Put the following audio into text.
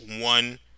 one